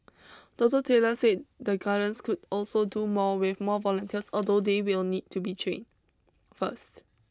Doctor Taylor say the gardens could also do more with more volunteers although they will need to be trained first